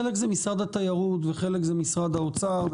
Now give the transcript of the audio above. חלק זה משרד התיירות וחלק זה משרד האוצר,